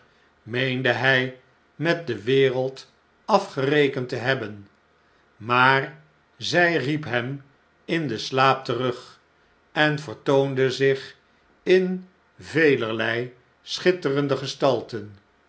meende hij met de wereld afgerekend te hebben maar zij riep hem in den slaap terug en vertoonde zich in velerlei schitterende gestalten